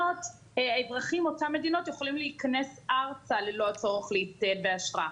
אזרחים מאותן מדינות יכולים להיכנס ארצה ללא הצורך להצטייד באשרה.